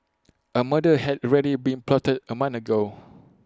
A murder had ready been plotted A month ago